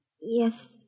Yes